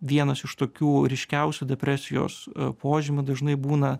vienas iš tokių ryškiausių depresijos požymių dažnai būna